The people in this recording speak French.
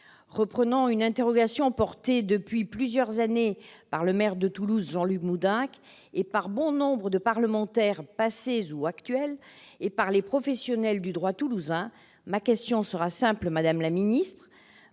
Reprenant une interrogation portée depuis plusieurs années par le maire de Toulouse, Jean-Luc Moudenc, par bon nombre de parlementaires, passés ou actuels, et par les professionnels du droit toulousain, ma question sera très simple